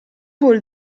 vuol